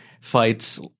fights